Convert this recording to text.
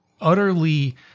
utterly